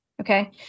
Okay